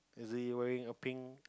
is he wearing a pink